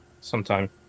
sometime